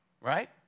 right